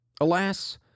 Alas